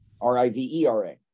R-I-V-E-R-A